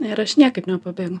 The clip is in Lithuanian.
ir aš niekaip nepabėgau